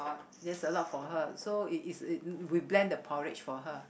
that's a lot for her so it's it's we blend the porridge for her